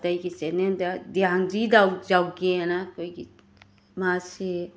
ꯑꯇꯩꯒꯤ ꯆꯦꯅꯦꯜꯗ ꯗ꯭ꯌꯥꯡꯖꯤ ꯗꯥꯎ ꯖꯥꯎꯒꯦ ꯍꯏꯅ ꯑꯩꯈꯣꯏꯒꯤ ꯃꯥꯁꯦ